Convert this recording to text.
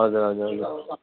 हजुर हजुर हजुर